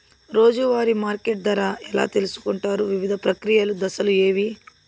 రోజూ వారి మార్కెట్ ధర ఎలా తెలుసుకొంటారు వివిధ ప్రక్రియలు దశలు ఏవి?